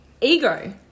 ego